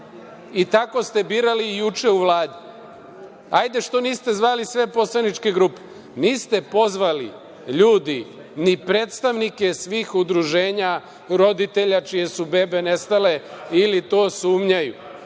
i tako ste birali i juče u Vladi. Hajde što niste zvali sve poslaničke grupe, niste pozvali, ljudi, ni predstavnike svih udruženja roditelja čije su bebe nestale ili to sumnjaju.